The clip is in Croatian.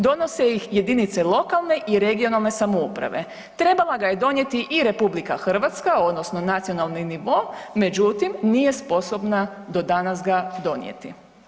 Donose ih jedinice lokalne i regionalne samouprave, trebala ga je donijeti i RH odnosno nacionalni nivo međutim, nije sposobna do danas ga donijeti.